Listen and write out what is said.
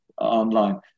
online